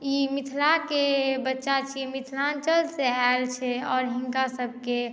ई मिथिला के बच्चा छै मिथिलाञ्चल सॅं आयल छै आओर हिनका सब के